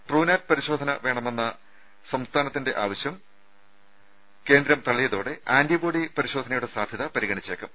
Truenat പരിശോധന വേണമെന്ന സംസ്ഥാനത്തിന്റെ ആവശ്യം കേന്ദ്രം തള്ളിയതോടെ ആന്റിബോഡി പരിശോധനയുടെ സാധ്യത പരിഗണിച്ചേക്കും